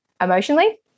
emotionally